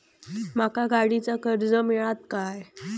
माका गाडीचा कर्ज मिळात काय?